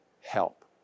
help